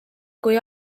kui